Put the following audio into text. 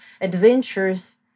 adventures